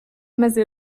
mezi